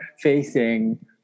facing